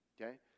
Okay